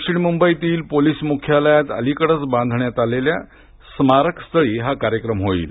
दक्षिण मुंबईतील पोलीस मुख्यालयात अलीकडेच बांधण्यात आलेल्या स्मारकस्थळी हा कार्यक्रम होणार आहे